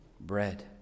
bread